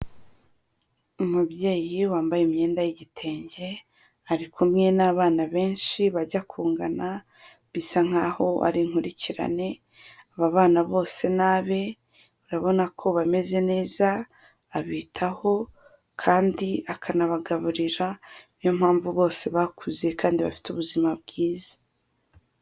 Umubyeyi wambaye imyenda y'igitenge ari kumwe n'abana benshi bajya kungana bisa nk'aho ari inkurikirane, aba bana bose ni abe urabona ko bameze neza, abitaho kandi akanabagaburira niyo mpamvu bose bakuze kandi bafite ubuzima bwiza.